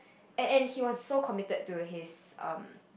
and and he was so committed to his um